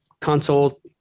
console